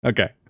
Okay